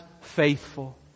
faithful